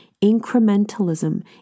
Incrementalism